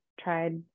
tried